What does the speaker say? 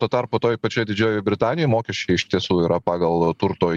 tuo tarpu toj pačioj didžiojoj britanijoj mokesčiai iš tiesų yra pagal turto